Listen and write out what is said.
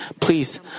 Please